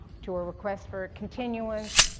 to a request for a continuance,